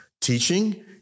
teaching